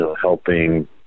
helping